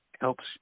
helps –